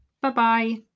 Bye-bye